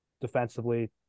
defensively